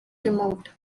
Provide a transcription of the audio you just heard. removed